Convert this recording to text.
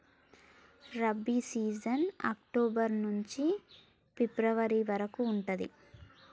rabi season October నుంచి February వరకు ఉంటది